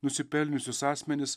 nusipelniusius asmenis